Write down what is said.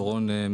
שמי דורון קוגמן,